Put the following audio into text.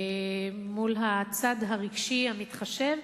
מול הצד הרגשי המתחשב,